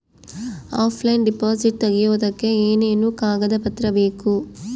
Offline deposit ತೆಗಿಯೋದಕ್ಕೆ ಏನೇನು ಕಾಗದ ಪತ್ರ ಬೇಕು?